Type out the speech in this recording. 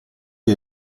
gli